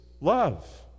love